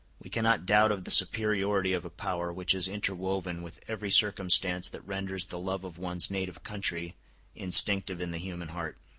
we cannot doubt of the superiority of a power which is interwoven with every circumstance that renders the love of one's native country instinctive in the human heart.